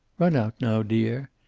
run out now, dear.